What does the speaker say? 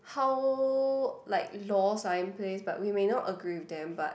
how like laws are in place but we may not agree with them but